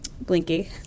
Blinky